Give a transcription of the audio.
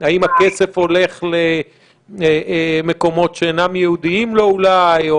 האם הכסף הולך למקומות שאינם ייעודיים לו אולי?